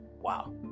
Wow